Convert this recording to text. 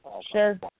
Sure